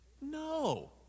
No